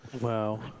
Wow